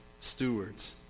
stewards